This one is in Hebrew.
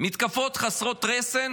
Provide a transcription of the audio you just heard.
מתקפות חסרות רסן